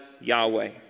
Yahweh